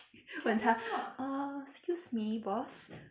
uh excuse me boss